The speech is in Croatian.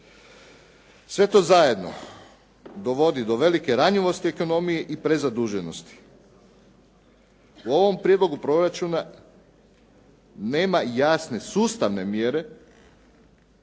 Sve to zajedno dovodi do velike ranjivosti ekonomije i prezaduženosti. U ovom prijedlogu proračuna, nema jasne sustavne mjere,